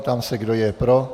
Ptám se, kdo je pro.